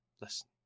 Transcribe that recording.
listen